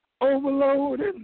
overloaded